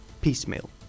piecemeal